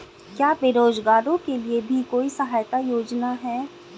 क्या बेरोजगारों के लिए भी कोई सहायता योजना है?